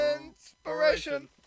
Inspiration